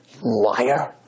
Liar